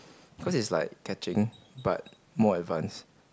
cause it's like catching but more advance